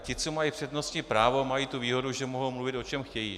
Ti, co mají přednostní právo, mají tu výhodu, že mohou mluvit, o čem chtějí.